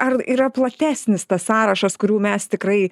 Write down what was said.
ar yra platesnis tas sąrašas kurių mes tikrai